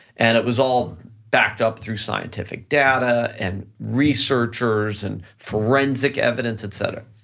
and it was all backed up through scientific data and researchers and forensic evidence, et cetera,